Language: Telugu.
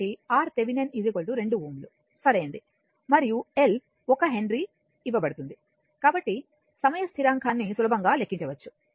కాబట్టి RThevenin 2 Ω సరైనది మరియు L 1 హెన్రీ ఇవ్వబడుతుంది కాబట్టి సమయ స్థిరాంకాన్ని సులభంగా లెక్కించవచ్చు